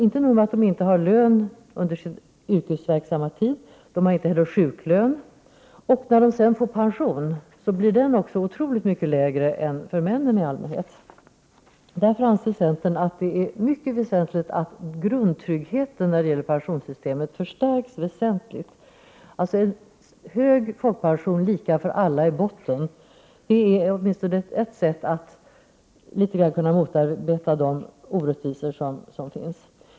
Inte nog med att de inte har lön under sin yrkesverksamma tid — de har inte heller sjuklön. Och när de sedan får pension blir den i allmänhet oerhört mycket lägre än för männen. Centern anser därför att det är mycket väsentligt att grundtryggheten i pensionssystemet förstärks väsentligt. En hög folkpension i botten, lika för alla, är åtminstone ert sätt att något motarbeta de orättvisor som finns.